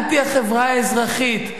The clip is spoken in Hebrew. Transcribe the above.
אנטי החברה האזרחית,